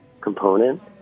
component